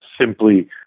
simply